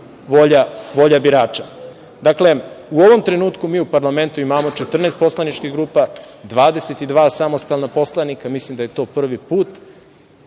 volja birača? Dakle, u ovom trenutku mi u parlamentu imamo 14 poslaničkih grupa, 22 samostalna poslanika, mislim da je to prvi put.